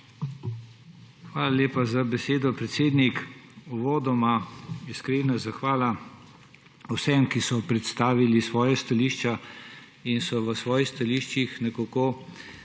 Hvala lepa za besedo, predsednik. Uvodoma iskrena zahvala vsem, ki so predstavili svoja stališča in so v svojih stališčih nekako